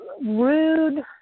rude